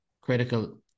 critical